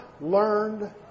learned